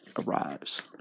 arrives